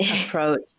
approach